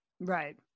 Right